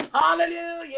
Hallelujah